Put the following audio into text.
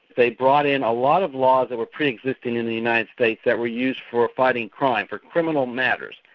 they brought in a lot of laws that were pre-existing in the united states that were used for fighting crime, for criminal matters,